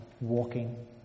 walking